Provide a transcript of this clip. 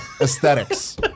aesthetics